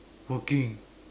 working